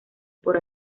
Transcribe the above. por